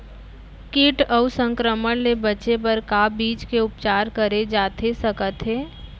किट अऊ संक्रमण ले बचे बर का बीज के उपचार करे जाथे सकत हे?